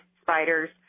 spiders